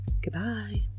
Goodbye